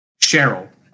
Cheryl